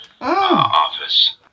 office